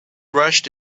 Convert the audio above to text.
rushed